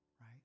right